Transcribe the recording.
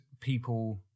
people